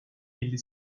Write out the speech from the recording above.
elli